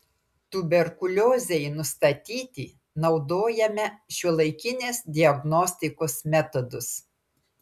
tuberkuliozei nustatyti naudojame šiuolaikinės diagnostikos metodus